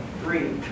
three